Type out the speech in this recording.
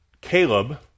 Caleb